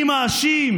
אני מאשים